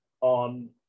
on